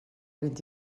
vint